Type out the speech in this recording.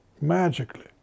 magically